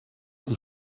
die